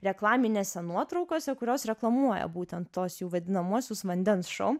reklaminėse nuotraukose kurios reklamuoja būtent tuos jų vadinamuosius vandens šou